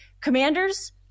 commanders